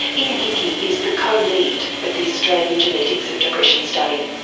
ian hickie is the co-lead of the australian genetics of depression study.